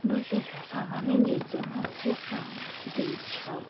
بہٕ چھَس یَژھان وَنُن یُس زن حظ یہِ سٲنۍ سِٹیٹ چھَو